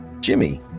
Jimmy